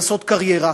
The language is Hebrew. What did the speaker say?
לעשות קריירה,